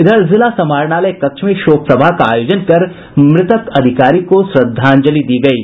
इधर जिला समाहरणालय कक्ष में शोकसभा का अयोजन कर मृतक अधिकारी को श्रद्धांजलि दी गयी